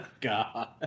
God